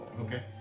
Okay